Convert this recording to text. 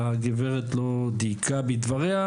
הגברת לא דייקה בדבריה.